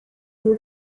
who